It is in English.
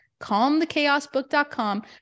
calmthechaosbook.com